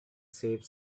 save